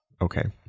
Okay